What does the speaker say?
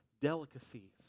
delicacies